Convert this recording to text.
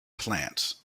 plants